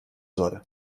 soll